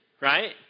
right